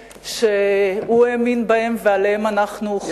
שהוא האמין בהם ועליהם אנחנו חונכנו,